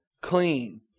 Clean